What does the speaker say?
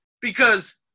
because-